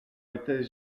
étais